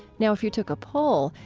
now if you took a poll,